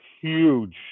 huge